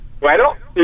bueno